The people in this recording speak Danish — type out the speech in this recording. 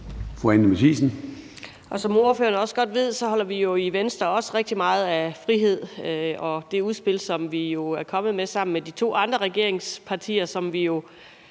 Som ordføreren også godt ved, holder vi i Venstre også rigtig meget af frihed, og i det udspil, som vi jo er kommet med sammen med de to andre regeringspartier, og som vi